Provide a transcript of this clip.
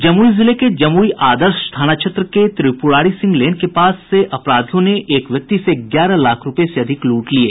जमुई जिले के जमुई आदर्श थाना क्षेत्र के त्रिपुरारी सिंह लेन के पास अपराधियों ने आज एक व्यक्ति से ग्यारह लाख रूपये से अधिक लूट लिये